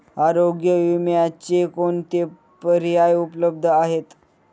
आरोग्य विम्याचे कोणते पर्याय उपलब्ध आहेत?